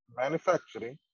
manufacturing